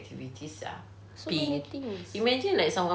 so many things